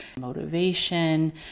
motivation